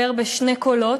לדבר בשני קולות,